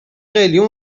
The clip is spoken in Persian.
قلیون